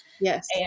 yes